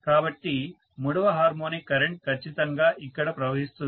కాబట్టి మూడవ harmonic current ఖచ్చితంగా ఇక్కడ ప్రవహిస్తుంది